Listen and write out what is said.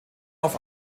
auf